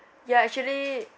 ya actually